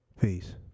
Peace